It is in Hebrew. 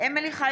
אמילי חיה